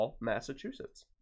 Massachusetts